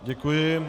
Děkuji.